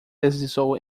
deslizou